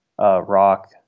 rock